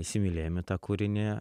įsimylėjome tą kūrinį